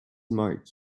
mark